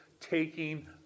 Taking